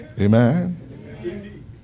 Amen